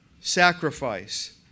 sacrifice